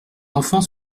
enfants